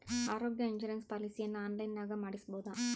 ಆರೋಗ್ಯ ಇನ್ಸುರೆನ್ಸ್ ಪಾಲಿಸಿಯನ್ನು ಆನ್ಲೈನಿನಾಗ ಮಾಡಿಸ್ಬೋದ?